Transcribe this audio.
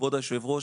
כבוד היושב-ראש,